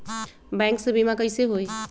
Bank से बिमा कईसे होई?